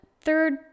third